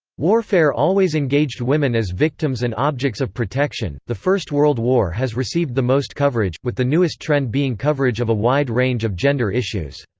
warfare always engaged women as victims and objects of protection the first world war has received the most coverage, with the newest trend being coverage of a wide range of gender issues.